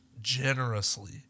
generously